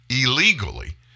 illegally